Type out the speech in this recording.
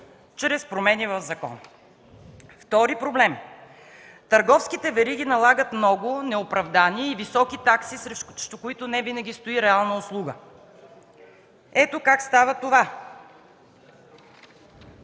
чрез промени в закона? Втори проблем – търговските вериги налагат много неоправдани и високи такси, срещу които не винаги стои реална услуга. Ето как става това: